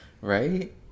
right